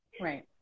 right